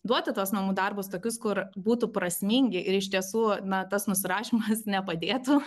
duoti tuos namų darbus tokius kur būtų prasmingi ir iš tiesų na tas nusirašymas nepadėtų